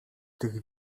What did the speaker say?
tych